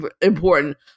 important